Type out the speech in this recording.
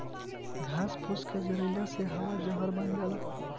घास फूस के जरइले से हवा जहर बन जाला